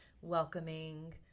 welcoming